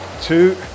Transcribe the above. two